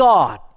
God